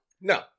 No